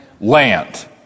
Land